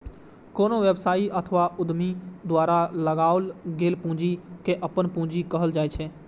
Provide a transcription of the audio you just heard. कोनो व्यवसायी अथवा उद्यमी द्वारा लगाओल गेल पूंजी कें अपन पूंजी कहल जाइ छै